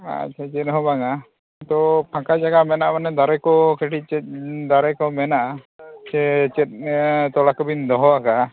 ᱟᱫᱚ ᱪᱮᱫ ᱦᱚᱸ ᱵᱟᱝᱟ ᱟᱫᱚ ᱯᱷᱟᱸᱠᱟ ᱡᱟᱭᱜᱟ ᱢᱮᱱᱟᱜᱼᱟ ᱢᱟᱱᱮ ᱫᱟᱨᱮ ᱠᱚ ᱠᱟᱹᱴᱤᱡ ᱪᱮᱫ ᱫᱟᱨᱮ ᱠᱚ ᱢᱮᱱᱟᱜᱼᱟ ᱥᱮ ᱪᱮᱫ ᱛᱚᱲᱟ ᱠᱚᱵᱤᱱ ᱫᱚᱦᱚ ᱠᱟᱜᱼᱟ